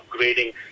upgrading